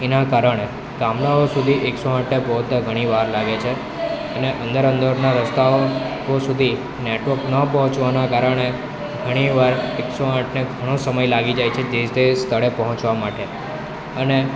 એના કારણે ગામડાઓ સુધી એકસો આઠને પહોંચતા ઘણી વાર લાગે છે અને અંદર અંદરના રસ્તાઓ સુધી નેટવક ન પહોંચવાના કારણે ઘણીવાર એકસો આઠને ઘણો સમય લાગી જાય છે જે તે સ્થળે પહોંચવા માટે અને